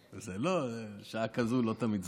בשעה כזאת לא תמיד זוכרים.